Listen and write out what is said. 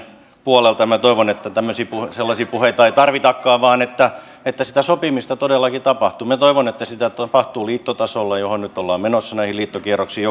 puolelta ja toivon että sellaisia puheita ei tarvitakaan vaan että että sitä sopimista todellakin tapahtuu minä toivon että sitä tapahtuu liittotasolla mihin nyt ollaan menossa näihin liittokierroksiin